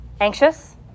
anxious